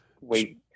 wait